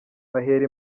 bahera